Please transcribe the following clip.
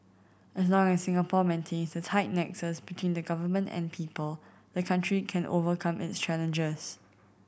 as long as Singapore maintains the tight nexus between the Government and people the country can overcome its challenges